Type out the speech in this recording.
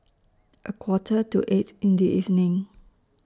A Quarter to eight in The evening